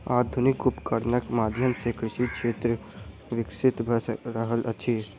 आधुनिक उपकरणक माध्यम सॅ कृषि क्षेत्र विकसित भ रहल अछि